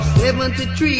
73